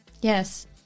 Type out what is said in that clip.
Yes